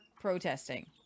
protesting